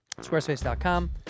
Squarespace.com